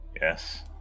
Yes